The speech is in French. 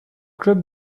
club